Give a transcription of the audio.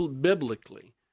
biblically